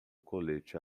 colete